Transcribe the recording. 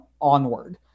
onward